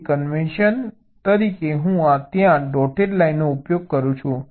તેથી કન્વેશન તરીકે હું ત્યાં ડોટેડ લાઇનનો ઉપયોગ કરું છું